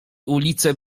ulice